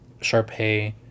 Sharpay